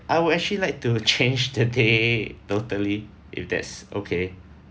I would actually like to change the day totally if that's okay